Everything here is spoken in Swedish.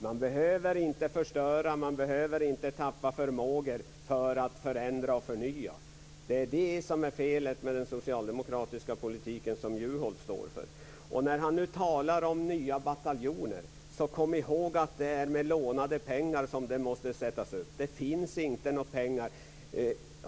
Man behöver inte förstöra. Man behöver inte tappa förmågor för att förändra och förnya. Det är det som är felet med den socialdemokratiska politik som Juholt står för. Och när han nu talar om nya bataljoner, så kom ihåg att de måste sättas upp med lånade pengar. Det finns inte några pengar.